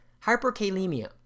Hyperkalemia